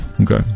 Okay